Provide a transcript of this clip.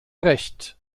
recht